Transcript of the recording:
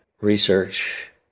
research